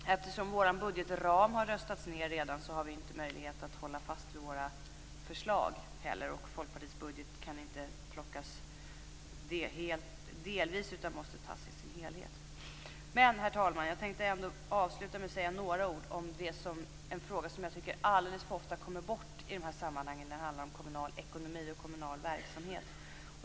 Eftersom vår budgetram redan har röstats ned har vi inte möjlighet att hålla fast vi våra förslag. Folkpartiets budget kan inte plockas i delar utan måste antas i sin helhet. Jag tänkte, herr talman, avsluta med att säga några ord om en fråga som alldeles för ofta kommer bort när vi talar om kommunal ekonomi och kommunal verksamhet.